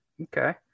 Okay